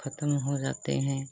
ख़त्म हो जाते हैं